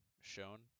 shown